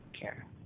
care